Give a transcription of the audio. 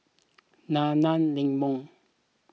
Nana Lemon